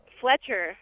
Fletcher